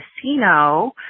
casino